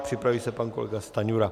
Připraví se pan kolega Stanjura.